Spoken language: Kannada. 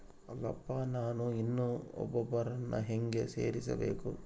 ಅಲ್ಲಪ್ಪ ನಾನು ಇನ್ನೂ ಒಬ್ಬರನ್ನ ಹೇಗೆ ಸೇರಿಸಬೇಕು?